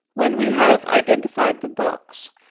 when we have identified the box,